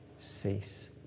cease